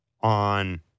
on